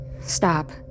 Stop